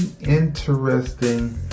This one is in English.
interesting